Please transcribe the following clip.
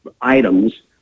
items